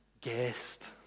Guest